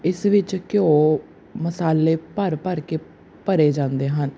ਇਸ ਵਿੱਚ ਘਿਓ ਮਸਾਲੇ ਭਰ ਭਰ ਕੇ ਭਰੇ ਜਾਂਦੇ ਹਨ